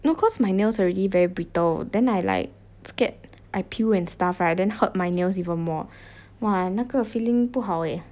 no cause my nails already very brittle then I like scared I peel and stuff right then hurt my nails even more !wah! 那个 feeling 不好 eh